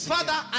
Father